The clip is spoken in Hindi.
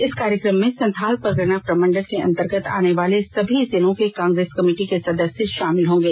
इस कार्यक्रम में संथाल परगना प्रमंडल के अंतर्गत आने वाले सभी जिलों के कांग्रेस कमेटी के सदस्य शामिल होंगे